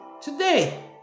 today